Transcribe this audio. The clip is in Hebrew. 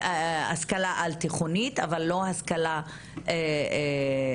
על תיכוניים אבל לא מוסדות להשכלה אקדמית,